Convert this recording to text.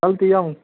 चालतं आहे या मग